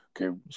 okay